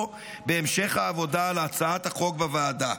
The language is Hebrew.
בהמשך העבודה על הצעת החוק בוועדה.